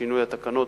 בשינוי התקנות.